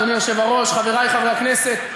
אדוני היושב-ראש, חברי חברי הכנסת,